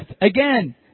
Again